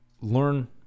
learn